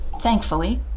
thankfully